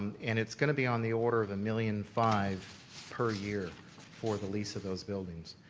and, it's going to be on the order of a million five per year for the lease of those buildings.